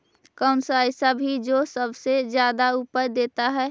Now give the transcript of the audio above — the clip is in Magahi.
कौन सा ऐसा भी जो सबसे ज्यादा उपज देता है?